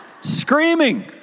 Screaming